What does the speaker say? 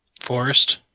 Forest